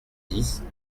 dix